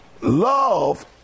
love